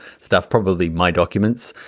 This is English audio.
stuff, probably my documents,